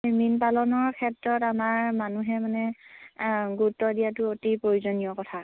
মীন পালনৰ ক্ষেত্ৰত আমাৰ মানুহে মানে গুৰুত্ব দিয়াটো অতি প্ৰয়োজনীয় কথা